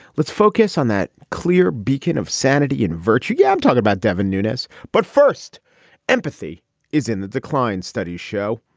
let's focus on that clear beacon of sanity and virtue. yeah i'm talking about devin nunes but first empathy is in the decline studies show.